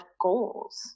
goals